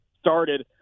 started